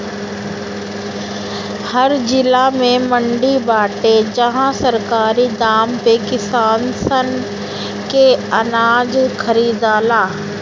हर जिला में मंडी बाटे जहां सरकारी दाम पे किसान सन के अनाज खरीदाला